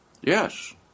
Yes